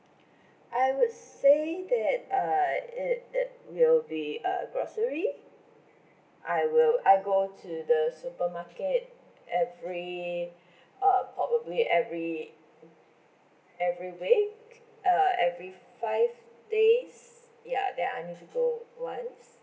I would say that uh it it will be uh grocery I will I go to the supermarket every uh probably every every week uh every five days ya then I need to go once